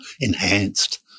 enhanced